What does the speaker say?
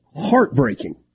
heartbreaking